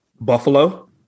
Buffalo